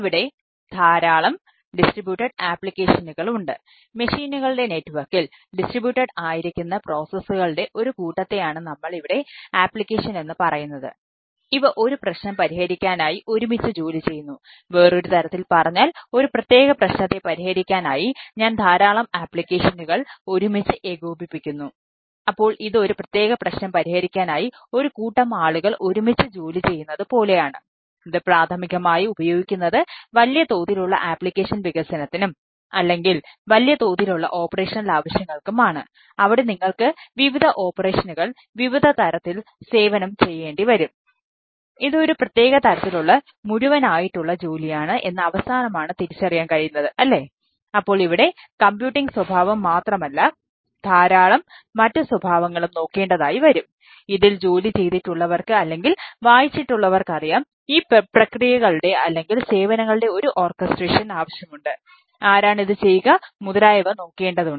ഇവിടെ ധാരാളം ഡിസ്ട്രിബ്യൂട്ടഡ് ആപ്ലിക്കേഷനുകളുണ്ട്